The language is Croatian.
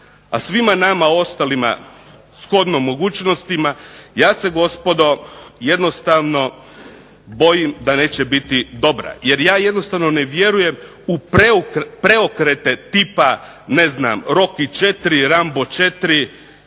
a svima nama ostalima shodno mogućnostima, ja se gospodo jednostavno bojim da neće biti dobra. Jer ja jednostavno ne vjerujem u preokrete tipa ne znam Rocky IV, Rambo IV